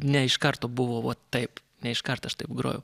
ne iš karto buvo vot taip neiškart aš taip grojau